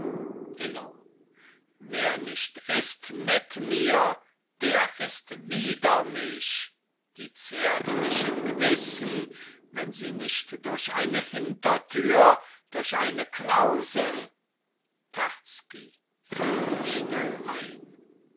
illo wer nicht ist mit mir der ist wider mich die zärtlichen gewissen wenn sie nicht durch eine hintertür durch eine klausel terzky fällt schnell ein